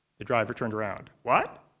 the driver turned around. what?